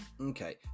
okay